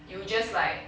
you will just like